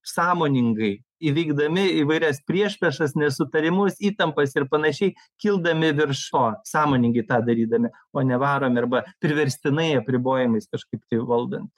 sąmoningai įveikdami įvairias priešpriešas nesutarimus įtampas ir panašiai kildami virš to sąmoningai tą darydami o nevaromi arba priverstinai apribojimais kažkaip tai valdant